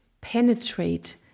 penetrate